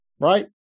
Right